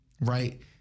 right